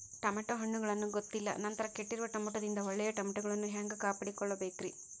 Tomato ಹಣ್ಣುಗಳನ್ನ ಗೊತ್ತಿಲ್ಲ ನಂತರ ಕೆಟ್ಟಿರುವ ಟಮಾಟೊದಿಂದ ಒಳ್ಳೆಯ ಟಮಾಟೊಗಳನ್ನು ಹ್ಯಾಂಗ ಕಾಪಾಡಿಕೊಳ್ಳಬೇಕರೇ?